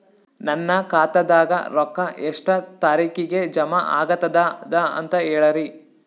ನನ್ನ ಖಾತಾದಾಗ ರೊಕ್ಕ ಎಷ್ಟ ತಾರೀಖಿಗೆ ಜಮಾ ಆಗತದ ದ ಅಂತ ಹೇಳರಿ?